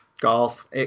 golf